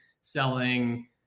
selling